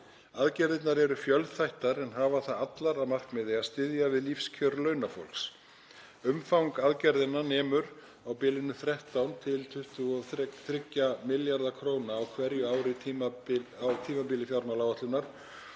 Aðgerðirnar eru fjölþættar en hafa það allar að markmiði að styðja við lífskjör launafólks. Umfang aðgerðanna nemur 13–23 milljörðum kr. á hverju ári á tímabili fjármálaáætlunar